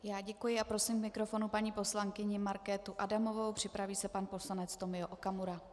Já děkuji a prosím k mikrofonu paní poslankyni Markétu Adamovou, připraví se pan poslanec Tomio Okamura.